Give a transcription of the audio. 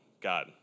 God